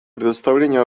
предоставление